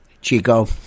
Chico